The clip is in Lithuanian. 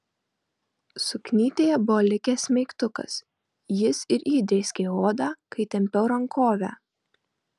suknytėje buvo likęs smeigtukas jis ir įdrėskė odą kai tempiau rankovę